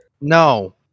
no